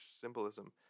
symbolism